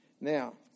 Now